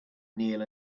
kneel